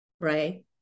right